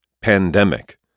Pandemic